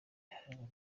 harimwo